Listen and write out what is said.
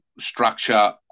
structure